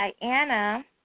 Diana